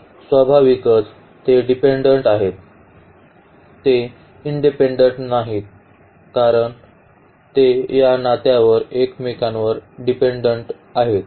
तर स्वाभाविकच ते डिपेन्डेन्ट आहेत ते इंडिपेन्डेन्ट नाहीत आणि ते या नात्यावर एकमेकांवर डिपेन्डेन्ट आहेत